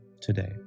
today